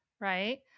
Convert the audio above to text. right